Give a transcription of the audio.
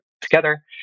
together